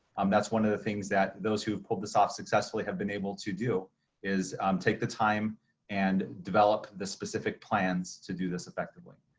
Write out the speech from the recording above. um that's one of the things that those who have pulled this off successfully have been able to do is um take the time and develop the specific plans to do this effectively.